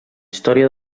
història